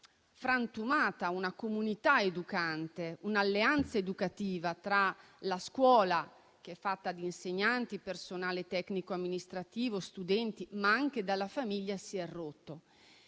frantumata una comunità educante, un'alleanza educativa tra la scuola che è fatta di insegnanti, personale, tecnico-amministrativo, studenti, e anche dalla famiglia. Di fronte